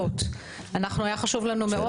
היה חשוב לנו מאוד,